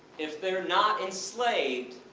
if they're not enslaved,